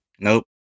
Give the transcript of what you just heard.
Nope